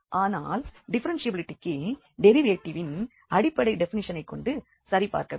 ஆனால் டிஃப்ஃபெரென்ஷியபிலிட்டிக்கு டெரிவேட்டிவ்வின் அடிப்படை டெபினிஷனைக் கொண்டு சரிபார்க்க வேண்டும்